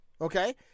okay